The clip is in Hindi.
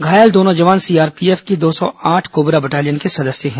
घायल दोनों जवान सीआरपीएफ की दो सौ आठ कोबरा बटालियन के हैं